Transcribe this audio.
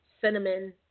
cinnamon